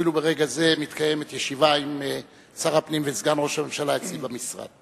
אפילו ברגע זה מתקיימת ישיבה עם שר הפנים וסגן ראש הממשלה אצלי במשרד.